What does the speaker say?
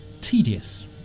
tedious